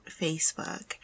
Facebook